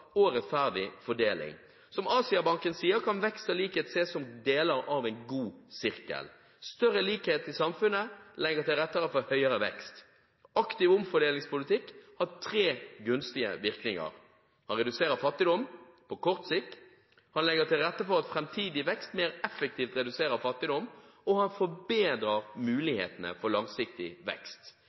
og rettferdig fordeling. Som Asiabanken sier, kan vekst og likhet ses som deler av en god sirkel: Større likhet i samfunnet legger til rette for høyere vekst. En aktiv omfordelingspolitikk har tre gunstige virkninger – den reduserer fattigdom på kort sikt, den legger til rette for at framtidig vekst mer effektivt reduserer fattigdom, og den forbedrer mulighetene for langsiktig vekst.